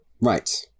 right